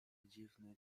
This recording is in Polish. dziwny